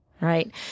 right